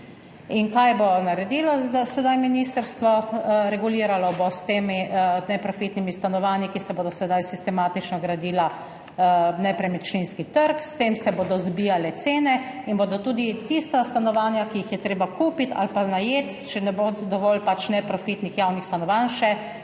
In kaj bo naredilo sedaj ministrstvo? Reguliralo bo s temi neprofitnimi stanovanji, ki se bodo sedaj sistematično gradila, nepremičninski trg, s tem se bodo zbijale cene in bodo tudi tista stanovanja, ki jih je treba kupiti ali pa najeti, če še ne bo dovolj neprofitnih javnih stanovanj,